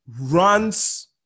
runs